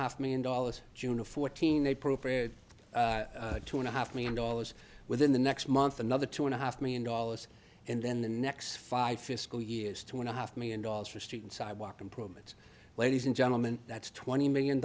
half million dollars june of fourteen april for it two and a half million dollars within the next month another two and a half million dollars and then the next five fiscal years two and a half million dollars for street and sidewalk improvements ladies and gentlemen that's twenty million